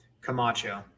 Camacho